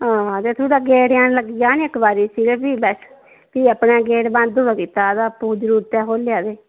ते थोह्ड़ा गेट जन लग्गी जाए ना ते फ्ही बस ते भी गेट बंद होऐ कीता ते अपनी जरूरतै उप्पर खोह्ल्लेआ ते